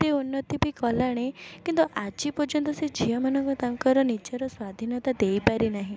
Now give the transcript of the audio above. କିଏ ଉନ୍ନତି ବି କଲାଣି କିନ୍ତୁ ଆଜି ପର୍ଯ୍ୟନ୍ତ ସେ ଝିଅମାନଙ୍କ ତାଙ୍କର ନିଜର ସ୍ୱାଧୀନତା ଦେଇପାରିନାହିଁ